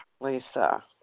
Lisa